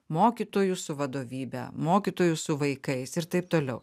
mokytojų su vadovybe mokytojų su vaikais ir taip toliau